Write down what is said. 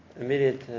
immediate